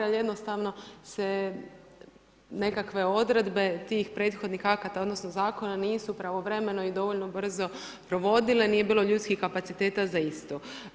Ali jednostavno se nekakve odredbe tih prethodnih akata odnosno zakona nisu pravovremeno i dovoljno brzo provodile, nije bilo ljudskih kapaciteta za isto.